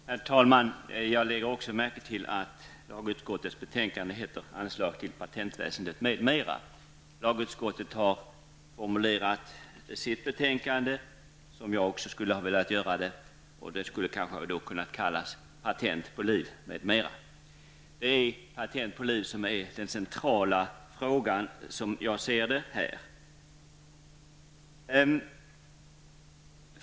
Herr talman! Också jag har lagt märke till att lagutskottets betänkande är rubricerat Anslag till patentväsendet m.m. Jag hade nog hellre velat rubricera betänkandet Patent på liv m.m. Som jag ser det, är det patent på liv som är den centrala frågan.